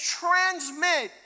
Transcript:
transmit